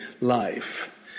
life